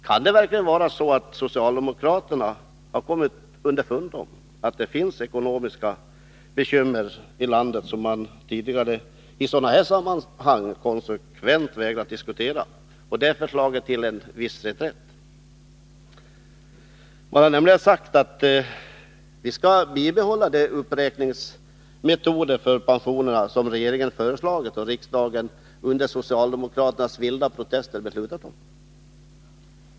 Kan det verkligen vara så, att socialdemokraterna har kommit underfund med att det finns ekonomiska bekymmer i landet som de tidigare i sådana sammanhang konsekvent vägrat att diskutera och att de därför nu i viss form har slagit till reträtt? Man har nämligen sagt att vi skall bibehålla de uppräkningsmetoder för pensionerna som regeringen föreslagit och som riksdagen under socialdemokraternas vilda protester beslutat om.